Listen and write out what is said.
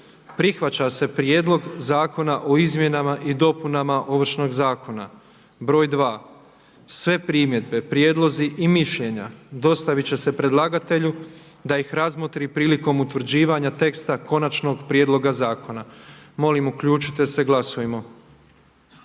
Prihvaća se Prijedlog zakona o pravima i dužnostima zastupnika u Hrvatskom saboru. 1. Sve primjedbe prijedlozi i mišljenja dostavit će se predlagatelju da ih razmotri prilikom utvrđivanja teksta konačnog prijedloga zakona. Molim uključite se. Glasujmo.